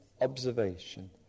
observation